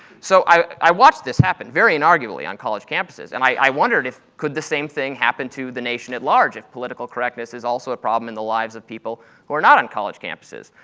so i watched this happen very inaugurally on college campuses, and i wondered, could the same thing happen to the nation at large if political correctness is also a problem in the lives of people who are not on college campuses.